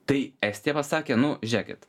tai estija sakė nu žiūrėkit